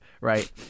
right